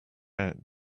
out